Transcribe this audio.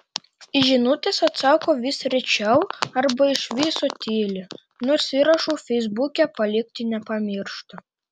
į žinutes atsako vis rečiau arba iš viso tyli nors įrašų feisbuke palikti nepamiršta